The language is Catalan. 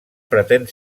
pretén